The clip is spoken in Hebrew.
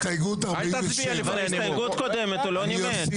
הסתייגות 47. הסתייגות קודמת הוא לא נימק.